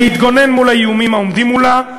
להתגונן מול האיומים העומדים מולה,